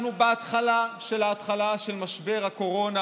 אנחנו בהתחלה של ההתחלה של משבר הקורונה,